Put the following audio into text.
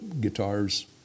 guitars